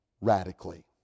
radically